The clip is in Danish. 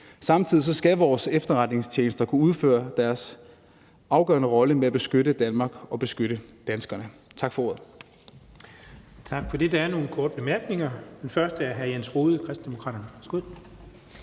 Samtidig skal vores efterretningstjenester kunne udføre deres afgørende rolle med at beskytte Danmark og beskytte danskerne. Tak for ordet.